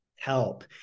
help